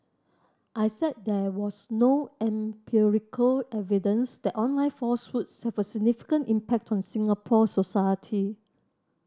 I said there was no empirical evidence that online falsehoods have a significant impact on Singapore society